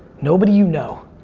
nobody you know,